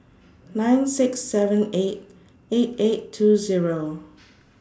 nine six seven eight eight eight two Zero